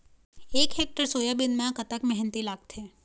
एक hectare soybean म कतक मेहनती लागथे?